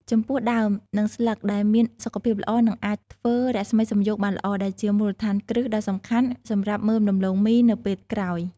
ចំពោះដើម និងស្លឹកដែលមានសុខភាពល្អនឹងអាចធ្វើរស្មីសំយោគបានល្អ ដែលជាមូលដ្ឋានគ្រឹះដ៏សំខាន់សម្រាប់មើមដំឡូងមីនៅពេលក្រោយ។